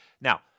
Now